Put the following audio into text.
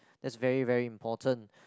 that's very very important